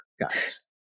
guys